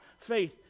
faith